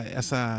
essa